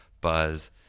buzz